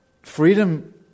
Freedom